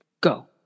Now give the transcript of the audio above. go